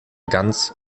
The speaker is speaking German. ganz